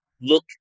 look